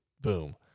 boom